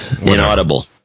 Inaudible